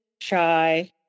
shy